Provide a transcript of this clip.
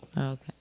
Okay